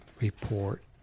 Report